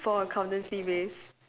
for accountancy base